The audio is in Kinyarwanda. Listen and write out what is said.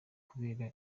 kubera